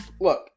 look